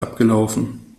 abgelaufen